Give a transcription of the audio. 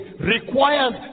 requires